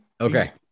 Okay